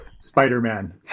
Spider-Man